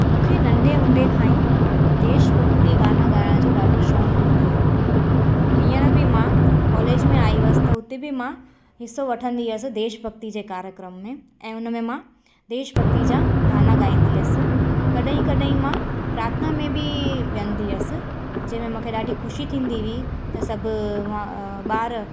मूंखे नंढे हूंदे खां ई देश भक्ति गाना ॻाइण जो ॾाढो शौक़ु हूंदो हो हींअर बि मां कॉलेज में आई हुअसि त हुते बि मां हिसो वठंदी हुअसि देश भक्ति जे कार्यक्रम में ऐं हुन में मां देश भक्ति जा गाना ॻाईंदी हुअसि कॾहिं कॾहिं मां प्रार्थना में बि वेंदी हुअसि जंहिं में मूंखे ॾाढी ख़ुशी थींदी हुई त सभु व ॿार